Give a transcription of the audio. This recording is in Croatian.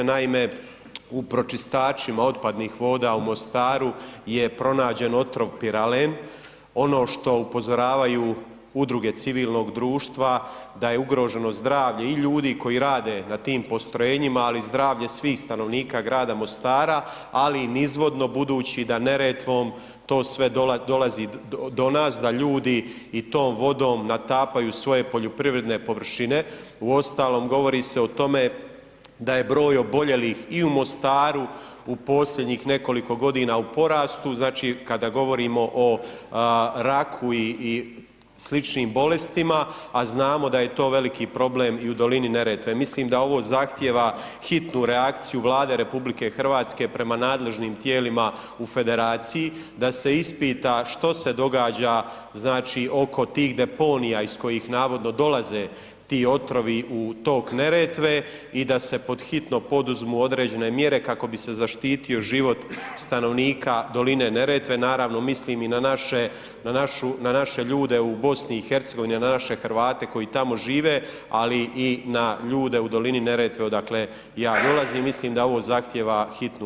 Naime, u pročistačima otpadnih voda u Mostaru je pronađen otrov piralen, ono što upozoravaju udruge civilnog društva da je ugroženo zdravlje i ljudi koji rade na tim postrojenjima, ali i zdravlje svih stanovnika grada Mostara, ali i nizvodno budući da Neretvom to sve dolazi do nas, da ljudi i tom vodom natapaju svoje poljoprivredne površine, uostalom govori se o tome da je broj oboljelih i u Mostaru u posljednjih nekoliko godina u porastu, znači kada govorimo o raku i sl. bolestima, a znamo da je to veliki problem i u dolini Neretve, mislim da ovo zahtjeva hitnu reakciju Vlade RH prema nadležnim tijelima u federaciji, da se ispita što se događa, znači oko tih deponija iz kojih navodno dolaze ti otrovi u tok Neretve i da se pod hitno poduzmu određene mjere kako bi se zaštitio život stanovnika doline Neretve, naravno mislim i na naše ljude u BiH, na naše Hrvate koji tamo žive, ali i na ljude u dolini Neretve odakle ja dolazim, mislim da ovo zahtjeva hitnu